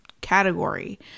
category